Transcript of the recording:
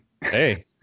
Hey